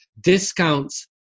discounts